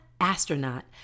astronaut